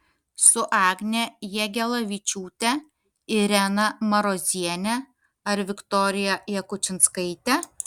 su agne jagelavičiūte irena maroziene ar viktorija jakučinskaite